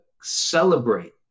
celebrate